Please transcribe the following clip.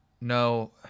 no